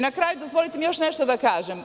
Na kraju, dozvolite mi još nešto da kažem.